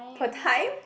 per time